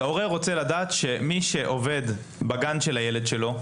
ההורה רוצה לדעת לגבי מי שעובד בגן של הילד שלו.